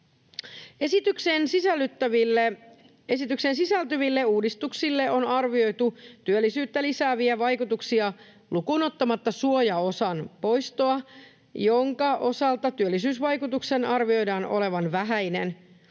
Esitykseen sisältyville uudistuksille on arvioitu työllisyyttä lisääviä vaikutuksia lukuun ottamatta suojaosan poistoa, jonka osalta työllisyysvaikutuksen arvioidaan olevan vähäinen.